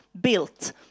built